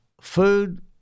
Food